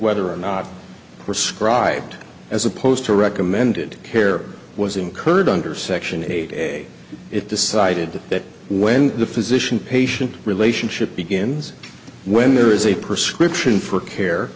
whether or not prescribe as opposed to recommended care was incurred under section eight and it decided that when the physician patient relationship begins when there is a prescription for care